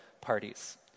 parties